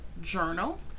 Journal